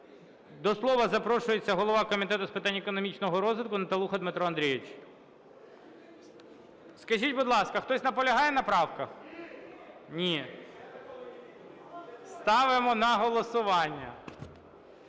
До слова запрошується голова Комітету з питань економічного розвитку Наталуха Дмитро Андрійович. Скажіть, будь ласка. Хтось наполягає на правках? Ні. Ставимо на голосування.